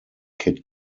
kid